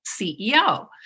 CEO